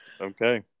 Okay